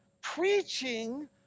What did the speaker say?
preaching